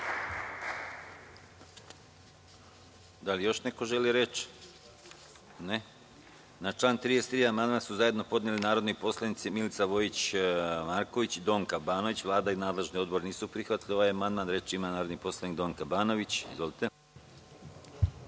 Da li još neko želi reč? (Ne)Na član 33. amandman su zajedno podnele narodni poslanici Milica Vojić Marković i Donka Banović. Vlada i nadležni odbor nisu prihvatili ovaj amandman. Reč ima narodni poslanik Donka Banović. Izvolite.